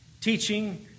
Teaching